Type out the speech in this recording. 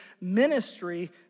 ministry